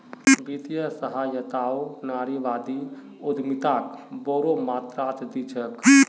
वित्तीय सहायताओ नारीवादी उद्यमिताक बोरो मात्रात दी छेक